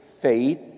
faith